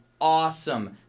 awesome